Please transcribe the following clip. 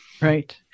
Right